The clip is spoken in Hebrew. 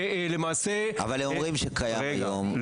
אבל הם אומרים שקיים היום -- רגע,